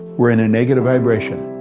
we're in a negative vibration.